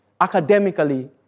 academically